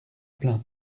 plein